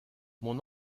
mon